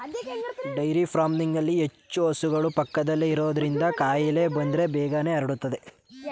dairy ಫಾರ್ಮಿಂಗ್ನಲ್ಲಿ ಹೆಚ್ಚು ಹಸುಗಳು ಪಕ್ಕದಲ್ಲೇ ಇರೋದ್ರಿಂದ ಕಾಯಿಲೆ ಬಂದ್ರೆ ಬೇಗನೆ ಹರಡುತ್ತವೆ